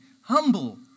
humble